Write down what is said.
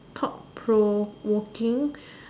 top promoting